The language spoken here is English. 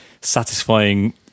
satisfying